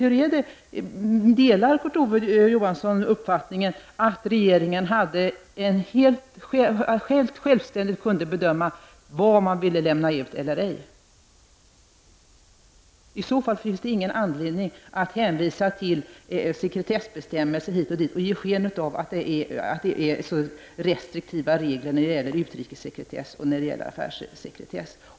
Hur är det, delar Kurt Ove Johansson uppfattningen att regeringen helt självständigt kunde bedöma vad man ville lämna ut och vad man inte ville lämna ut? I så fall finns det ingen anledning att hänvisa till sekretessbestämmelser hit och dit och ge sken av att reglerna är så restriktiva när det gäller utrikessekretess och affärssekretess.